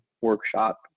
workshop